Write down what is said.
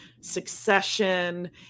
succession